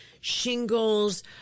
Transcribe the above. shingles